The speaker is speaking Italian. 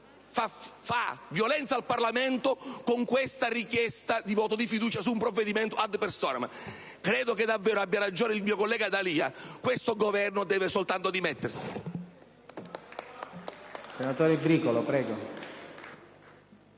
fa violenza al Parlamento con la richiesta di voto di fiducia su un provvedimento *ad personam*. Credo che abbia davvero ragione il mio collega D'Alia: questo Governo deve soltanto dimettersi.